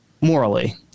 Morally